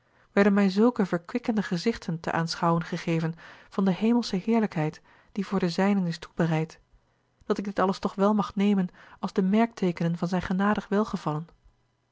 werden mij zulke verkwikkende gezichten te aanschouwen gegeven van de hemelsche heerlijkheid die voor de zijnen is toebereid dat ik dit alles toch wel mag nemen als de merkteekenen van zijn genadig